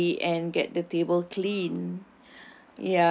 ready and get the table clean